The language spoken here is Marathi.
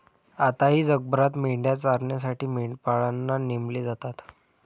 आताही जगभरात मेंढ्या चरण्यासाठी मेंढपाळांना नेमले जातात